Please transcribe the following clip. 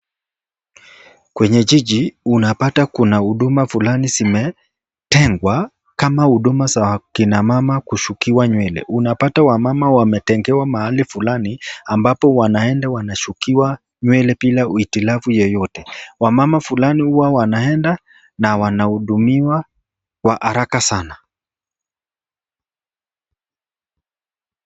Kwenye jiji, unapata kuna huduma fulani zimetengwa kama huduma za kina mama kushukiwa nywele. Unapata wamama wametengewa mahali fulani ambapo wanaenda wanasukiwa nywele bila hitilafu yoyote. Wamama fulani huwa wanaenda na wanahudumiwa kwa haraka sana.